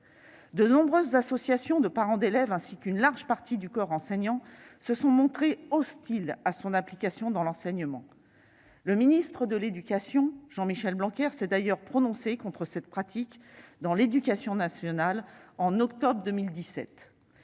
De nombreuses associations de parents d'élèves ainsi qu'une large partie du corps enseignant se sont montrées hostiles à son application dans l'enseignement. Le ministre de l'éducation, Jean-Michel Blanquer, s'est d'ailleurs prononcé contre cette pratique dans l'éducation nationale en octobre 2017.